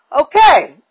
Okay